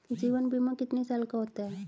जीवन बीमा कितने साल का होता है?